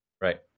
Right